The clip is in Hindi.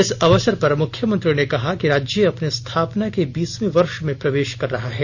इस अवसर पर मुख्यमंत्री ने कहा कि राज्य अपने स्थापना के बीसवें वर्ष में प्रवेश कर रहा है